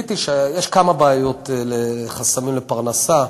וגיליתי שיש כמה בעיות, חסמים לפרנסה.